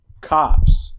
Cops